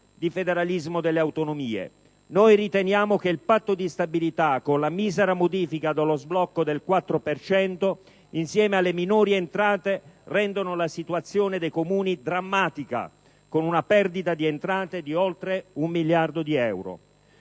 di federalismo delle autonomie? Riteniamo che il Patto di stabilità, con la misera modifica dello sblocco del 4 per cento, insieme alle minori entrate, rendano la situazione dei Comuni drammatica, con una perdita di entrate di oltre 1 miliardo di euro.